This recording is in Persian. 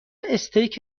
استیک